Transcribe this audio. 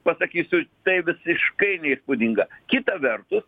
pasakysiu tai visiškai neįspūdinga kita vertus